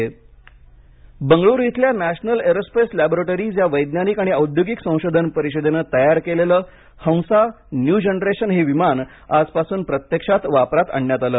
हंसा new generation विमान बंगळूरू इथल्या national aerospace laboratories या वैज्ञानिक आणि औद्योगिक संशोधन परिषदेन तयार केलेलं हंसा न्यू जनरेशन हे विमान आजपासून प्रत्यक्षात वापरात आणण्यात आलं